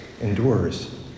endures